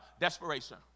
Desperation